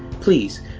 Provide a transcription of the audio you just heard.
please